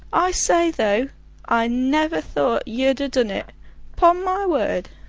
i say, though i never thought you'd ha' done it pon my word!